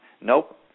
nope